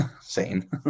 sane